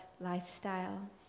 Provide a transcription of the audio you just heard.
lifestyle